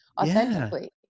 authentically